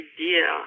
idea